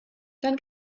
dann